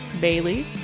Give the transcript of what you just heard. Bailey